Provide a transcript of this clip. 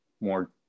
more